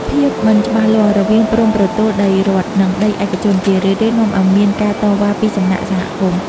ភាពមិនច្បាស់លាស់រវាងព្រំប្រទល់ដីរដ្ឋ និងដីឯកជន ជារឿយៗនាំឱ្យមានការតវ៉ាពីសំណាក់សហគមន៍។